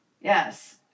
Yes